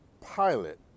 pilot